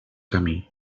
camí